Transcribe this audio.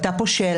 הייתה פה שאלה,